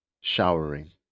showering